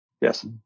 yes